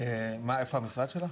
איפה המשרד שלה?